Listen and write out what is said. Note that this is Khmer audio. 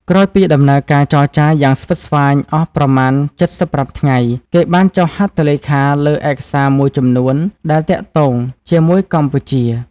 ក្រោយពីដំណើរការចរចាយ៉ាងស្វិតស្វាញអស់ប្រមាណ៧៥ថ្ងៃ គេបានចុះហត្ថលេខា លើឯកសារមួយចំនួនដែលទាក់ទងជាមួយកម្ពុជា។